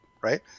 right